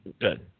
Good